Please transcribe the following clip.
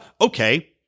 okay